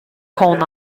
qu’on